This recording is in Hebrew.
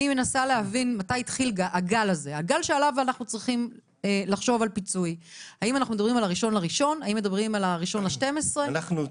אני מנסה להבין האם אנחנו מדברים על ה-1 בדצמבר או על ה-1 בינואר.